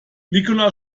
nicola